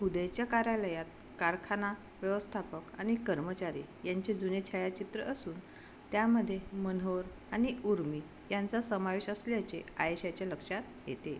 उदयच्या कार्यालयात कारखाना व्यवस्थापक आणि कर्मचारी यांचे जुने छायाचित्र असून त्यामध्ये मनोहर आणि उर्मी यांचा समावेश असल्याचे आयेशाच्या लक्षात येते